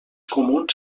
comuns